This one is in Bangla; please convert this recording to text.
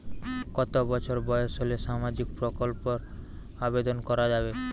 কত বছর বয়স হলে সামাজিক প্রকল্পর আবেদন করযাবে?